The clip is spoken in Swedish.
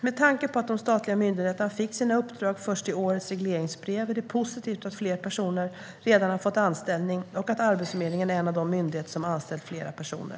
Med tanke på att de statliga myndigheterna fick sina uppdrag först i årets regleringsbrev är det positivt att fler personer redan fått en anställning och att Arbetsförmedlingen är en av de myndigheter som anställt flera personer.